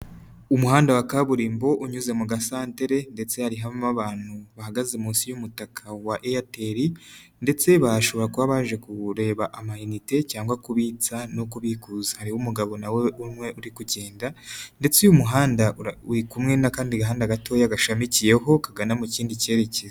Umuhanda wa kaburimbo, unyuze mu gasantere ndetse harimo abantu bahagaze munsi y'umutaka wa Airtel, ndetse bashobora kuba baje kureba amayinite cyangwa kubitsa no kubikuza. Hariho umugabo nawe umwe uri kugenda, ndetse uyu muhanda uri kumwe n'akandi gahanda gatoya, gashamikiyeho kagana mu kindi kerekezo.